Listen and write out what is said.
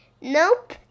Nope